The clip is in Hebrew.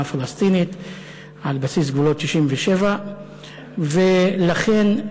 פלסטינית על בסיס גבולות 67'. ולכן,